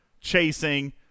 chasing